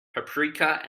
paprika